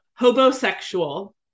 Hobosexual